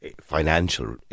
financial